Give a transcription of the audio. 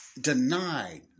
denied